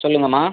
சொல்லுங்கம்மா